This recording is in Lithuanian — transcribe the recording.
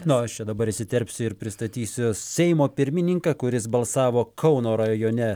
na o aš čia dabar įsiterpsiu ir pristatysiu seimo pirmininką kuris balsavo kauno rajone